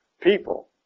people